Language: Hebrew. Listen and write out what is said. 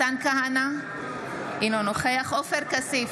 נגד מתן כהנא, אינו נוכח עופר כסיף,